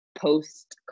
post